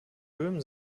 böhmen